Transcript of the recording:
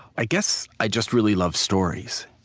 i guess i just really love stories.